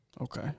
Okay